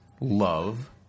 love